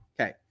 Okay